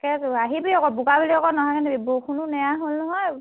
তাকেতো আহিবি আকৌ বোকা বুলি নহাকৈ নাথাকিবি বৰষুণো নেৰা হ'ল নহয়